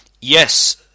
Yes